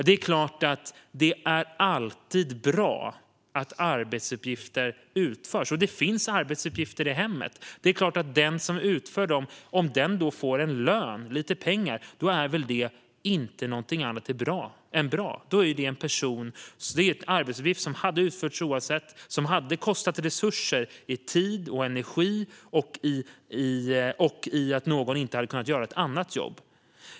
Det är klart att det alltid är bra att arbetsuppgifter utförs. Det finns arbetsuppgifter i hemmet. Om den som utför dem får en lön, lite pengar, är väl det inte något annat än bra. Det är en arbetsuppgift som skulle ha utförts ändå och som hade kostat resurser i tid och energi och i att någon inte hade kunnat göra ett annat jobb.